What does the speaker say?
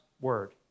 word